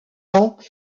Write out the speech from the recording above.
temps